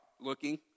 looking